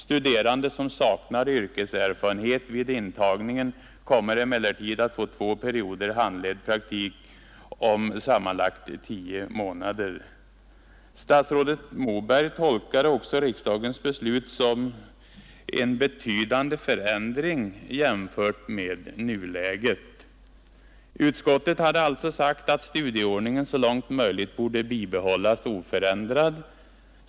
Studerande som saknar yrkeserfarenhet vid intagningen kommer emellertid att få två perioder handledd praktik om sammanlagt 10 månader.” Statsrådet Moberg tolkade också riksdagens beslut som ”en betydande förändring jämfört med nuläget”. Utskottet har alltså sagt att studieordningen så långt möjligt borde bibehållas oförändrad.